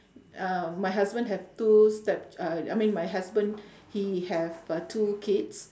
uh my husband have two step uh I mean my husband he have uh two kids